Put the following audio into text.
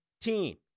Team